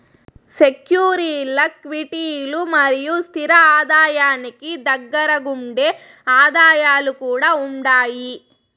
సెక్యూరీల్ల క్విటీలు మరియు స్తిర ఆదాయానికి దగ్గరగుండే ఆదాయాలు కూడా ఉండాయి